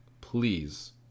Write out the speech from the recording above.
please